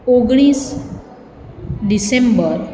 ઓગણીસ ડિસેમ્બર